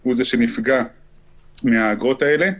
הוא זה שנפגע מהאגרות האלו,